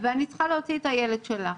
ואני צריכה להוציא את הילד שלה,